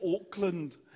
Auckland